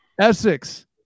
Essex